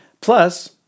Plus